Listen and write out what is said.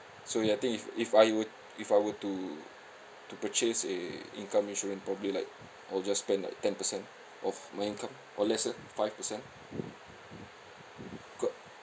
so ya I think if if I were if I were to to purchase a income insurance probably like I'll just spend like ten percent of my income or lesser five percent ca~